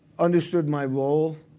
understood my role,